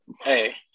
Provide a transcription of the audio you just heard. hey